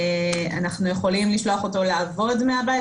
אנחנו יכולים לשלוח אותו לעבוד מהבית,